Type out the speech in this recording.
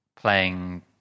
playing